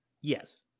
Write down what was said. Yes